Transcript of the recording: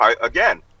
again